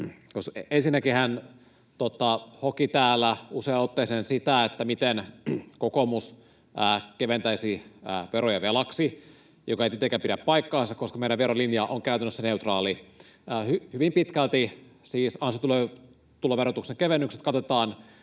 ensinnäkin hän hoki täällä useaan otteeseen sitä, miten kokoomus keventäisi veroja velaksi, mikä ei tietenkään pidä paikkaansa, koska meidän verolinjamme on käytännössä neutraali. Hyvin pitkälti siis ansiotuloverotuksen kevennykset katetaan